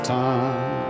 time